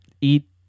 Eat